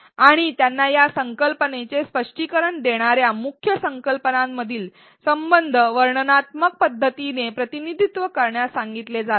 आणि त्यांना या संकल्पनेचे स्पष्टीकरण देणार्या मुख्य संकल्पनांमधील संबंध वर्णात्मक पद्धतीने प्रतिनिधित्व करण्यास सांगितले जाते